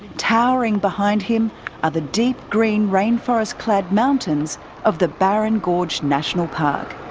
towering behind him are the deep green rainforest clad mountains of the barren gorge national park.